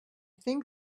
think